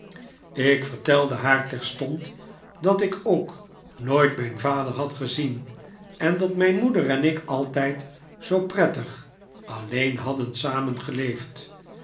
ik vertelde haar terstond dat ik ook nooit mijn vader had gezien en dat mijn moeder en ik altijd zoo prettig alleen hadden